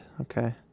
Okay